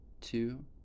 two